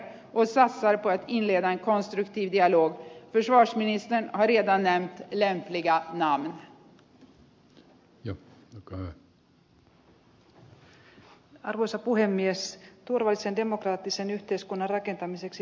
ett av de största hoten mot en varaktig fred ligger i den utbredda korruptionen och vad därav följer